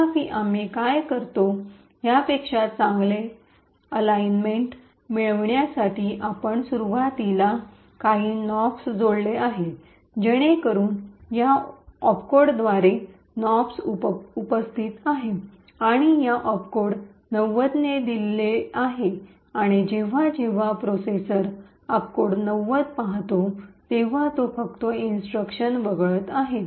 तथापि आम्ही काय करतो यापेक्षा चांगले संरेखन अलाईनमेंट alignment मिळविण्यासाठी आपण सुरुवातीला काही नोप्स जोडले आहेत जेणेकरून या ओपकोडद्वारे नॉप्स उपस्थित आहेत आणि या ऑपकोड ९० ने दिले आहेत आणि जेव्हा जेव्हा प्रोसेसर ऑपकोड ९० पाहतो तेव्हा तो फक्त इन्स्ट्रक्शन वगळत आहे